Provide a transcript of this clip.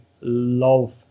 love